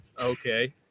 Okay